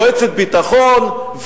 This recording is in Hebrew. מועצת הביטחון,